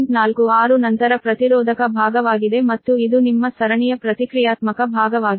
46 ನಂತರ ಪ್ರತಿರೋಧಕ ಭಾಗವಾಗಿದೆ ಮತ್ತು ಇದು ನಿಮ್ಮ ಸರಣಿಯ ಪ್ರತಿಕ್ರಿಯಾತ್ಮಕ ಭಾಗವಾಗಿದೆ